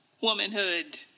womanhood